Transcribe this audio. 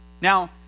Now